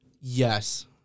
Yes